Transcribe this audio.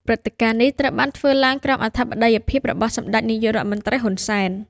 ព្រឹត្តិការណ៍នេះត្រូវបានធ្វើឡើងក្រោមអធិបតីភាពរបស់សម្តេចនាយករដ្ឋមន្ត្រី ហ៊ុន សែន។